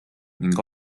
ning